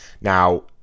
Now